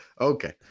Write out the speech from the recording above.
Okay